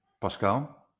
Pascal